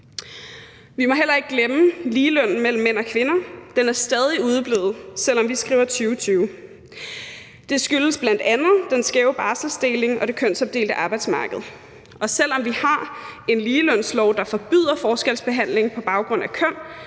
Vi må heller ikke glemme ligelønnen mellem mænd og kvinder. Den er stadig udeblevet, selv om vi skriver 2020. Det skyldes bl.a. den skæve barselsdeling og det kønsopdelte arbejdsmarked, og selv om vi har en ligelønslov, der forbyder forskelsbehandling på baggrund af køn,